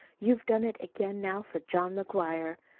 you've done it again now for john mcguire.